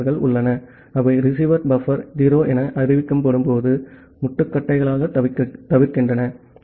B டைமர்கள் உள்ளன அவை ரிசீவர் பஃபர் 0 என அறிவிக்கப்படும்போது முட்டுக்கட்டைகளைத் தவிர்க்கின்றன